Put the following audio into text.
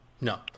no